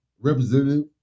representative